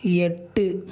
எட்டு